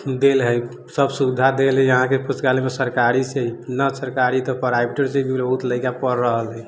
देल है सब सुविधा देल है यहाँके पुस्तकालयमे सरकारीसे ना सरकारी तऽ प्राइवटो से भी बहुत लड़िका पढ़ि रहल है